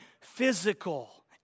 physical